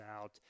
out